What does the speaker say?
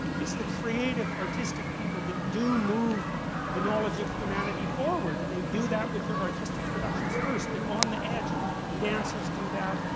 it's the creative, artistic people that do move the knowledge of humanity forward. and they do that with their artistic productions first. they're on the edge. and the dancers do that,